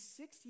six